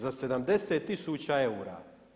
Za 70 tisuća eura.